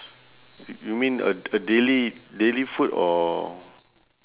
y~ you mean a a daily daily food or